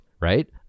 right